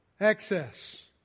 excess